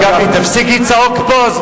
הרב גפני, תפסיק לצעוק פה.